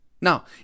Now